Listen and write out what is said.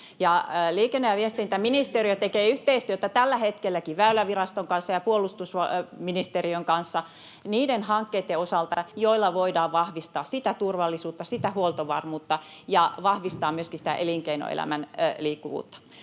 Liikenne- ja viestintäministeriö tekee yhteistyötä tällä hetkelläkin Väyläviraston kanssa ja puolustusministeriön kanssa niiden hankkeitten osalta, joilla voidaan vahvistaa sitä turvallisuutta, sitä huoltovarmuutta ja vahvistaa myöskin sitä elinkeinoelämän liikkuvuutta.